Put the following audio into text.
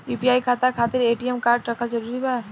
UPI खाता खातिर ATM card रहल जरूरी बा?